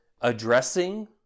addressing